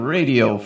Radio